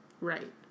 Right